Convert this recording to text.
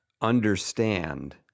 understand